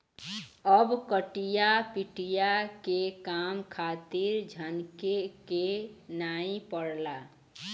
अब कटिया पिटिया के काम खातिर झनके के नाइ पड़ला